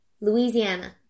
Louisiana